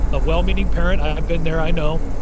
a well-meaning parent, i've been there, i know,